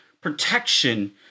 protection